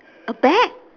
a bag